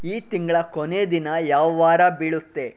ಈ ತಿಂಗಳ ಕೊನೆ ದಿನ ಯಾವ ವಾರ ಬೀಳುತ್ತೆ